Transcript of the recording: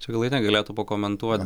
čia gal ainė galėtų pakomentuot